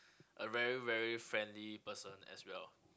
a very very friendly person as well